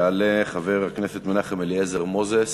יעלה חבר הכנסת מנחם אליעזר מוזס,